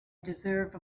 deserve